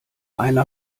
einer